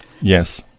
Yes